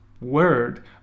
word